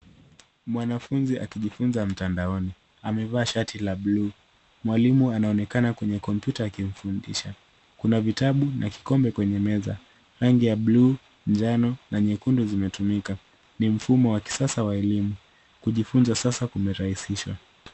Mwanafunzi akijifunza mtandaoni, amevaa shati la bluu. Mwalimu anaonekana kwenye kompyuta akimfundisha. Kuna vitabu na kikombe kwenye meza, rangi ya bluu, njano na nyekundu zimetumika. Ni mfumo wa kisasa wa elimu kujifunza, sasa kumerahisishwa.